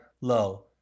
low